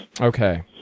Okay